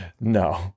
No